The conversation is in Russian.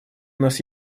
нас